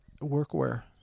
Workwear